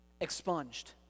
expunged